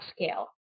scale